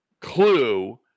clue